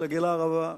ותגל הערבה,